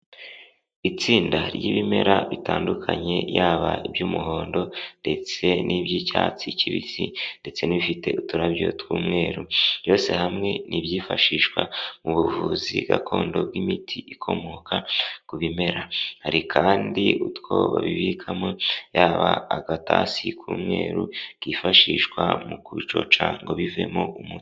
Itsinda ry'ibimera bitandukanye yaba iby'umuhondo ndetse n'iby'icyatsi kibisi ndetse n'ibifite uturabyo tw'umweru. Byose hamwe ni ibyifashishwa mu buvuzi gakondo bw'imiti ikomoka ku bimera. Hari kandi utwo babibikamo, yaba agatasi k'umweru kifashishwa mu kubicoca ngo bivemo umuti.